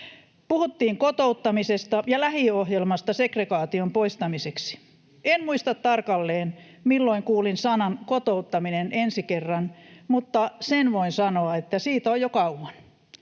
Puhuttiin kotouttamisesta ja lähiöohjelmasta segregaation poistamiseksi. En muista tarkalleen, milloin kuulin sanan ”kotouttaminen” ensi kerran, mutta sen voin sanoa, että siitä on jo kauan.